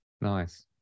nice